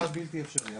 קשה עד בלתי אפשרי.